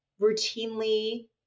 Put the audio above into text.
routinely